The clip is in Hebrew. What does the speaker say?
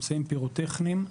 אמצעים פירוטכניים,